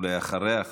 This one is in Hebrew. ואחריה,